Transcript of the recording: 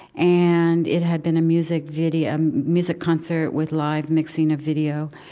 and it had been a music video music concert with live mixing of video.